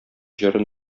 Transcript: җырын